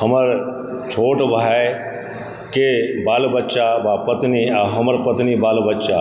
हमर छोट भायके बाल बच्चा वा पत्नी हमर पत्नी बाल बच्चा